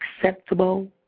acceptable